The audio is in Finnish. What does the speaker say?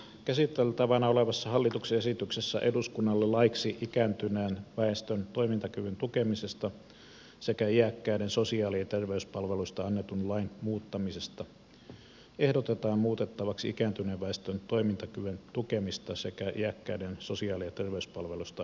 käsiteltävänä olevassa hallituksen esityksessä eduskunnalle laiksi ikääntyneen väestön toimintakyvyn tukemisesta sekä iäkkäiden sosiaali ja terveyspalveluista annetun lain muuttamisesta ehdotetaan muutettavaksi ikääntyneen väestön toimintakyvyn tukemisesta sekä iäkkäiden sosiaali ja terveyspalveluista annettua lakia